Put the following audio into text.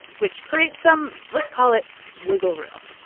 which creates some let's call it wiggle room.